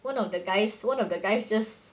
one of the guys one of the guys just